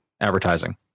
advertising